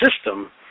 system